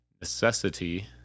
necessity